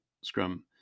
scrum